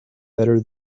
better